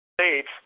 States